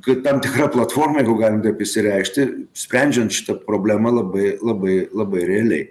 kad tam tikra platforma jeigu galima taip pasireikšti sprendžiant šitą problemą labai labai labai realiai